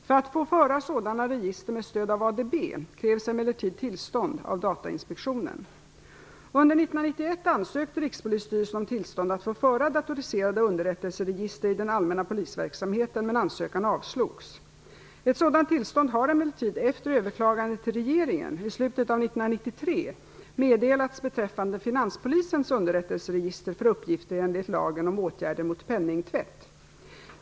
För att få föra sådana register med stöd av ADB krävs emellertid tillstånd av Under 1991 ansökte Rikspolisstyrelsen om tillstånd att få föra datoriserade underrättelseregister i den allmänna polisverksamheten, men ansökan avslogs. Ett sådant tillstånd har emellertid, efter överklagande till regeringen, i slutet av 1993 meddelats beträffande Finanspolisens underrättelseregister för uppgifter enligt lagen om åtgärder mot penningtvätt.